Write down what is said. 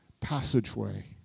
passageway